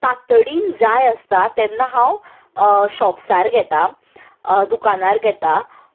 तातडीन जाय आसता तेन्ना हांव शॉप्सार घेता दुकानार घेता